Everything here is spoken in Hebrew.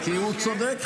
כי הוא צודק,